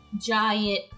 Giant